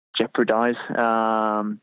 jeopardize